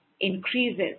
increases